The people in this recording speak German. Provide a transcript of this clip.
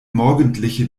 morgendliche